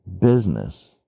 business